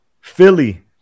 Philly